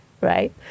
right